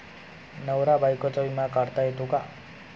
नवरा बायकोचा विमा काढता येतो का?